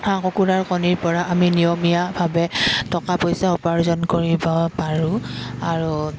হাঁহ কুকুৰাৰ কণীৰপৰা আমি নিয়মীয়াভাৱে টকা পইচা উপাৰ্জন কৰিব পাৰোঁ আৰু